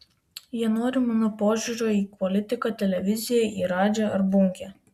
jie nori mano požiūrio į politiką televiziją į radžį ar bunkę